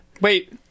Wait